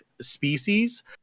species